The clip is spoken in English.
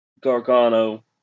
Gargano